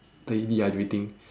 dehydrating